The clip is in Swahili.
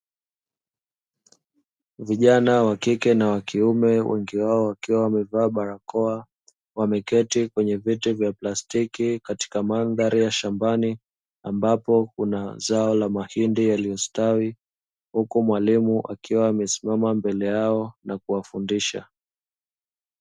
Vijana wakike na wakiume wengi wao wakiwa wamevaa barakoa, wameketi kwenye viti vya plastiki katika mandhari ya shambani ambapo kuna zao la mahindi yaliyostawi. Huku mwalimu akiwa amesimama mbele yao kuwafundisha.